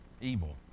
evil